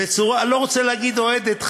אני לא רוצה להגיד אוהדת,